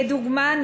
כדוגמה,